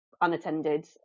unattended